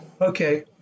Okay